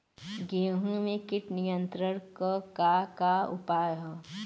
गेहूँ में कीट नियंत्रण क का का उपाय ह?